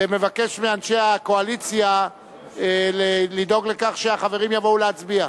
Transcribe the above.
ומבקש מאנשי הקואליציה לדאוג לכך שהחברים יבואו להצביע.